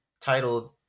titled